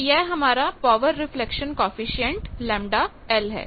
तो यह हमारा पावर रिफ्लेक्शन कॉएफिशिएंट ΓL है